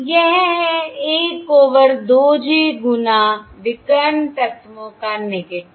यह है 1 over 2 j गुना विकर्ण तत्वों का नैगेटिव